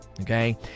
Okay